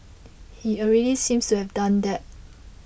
he already seems to have done that